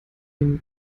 junge